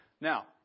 Now